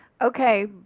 Okay